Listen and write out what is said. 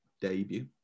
debut